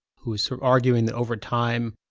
who's arguing that over time,